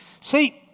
See